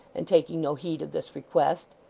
and taking no heed of this request,